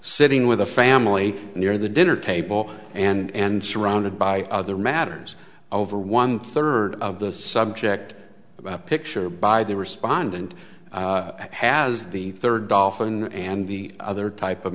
sitting with the family near the dinner table and surrounded by other matters over one third of the subject about picture by the respondent has the third dolphin and the other type of